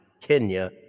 Kenya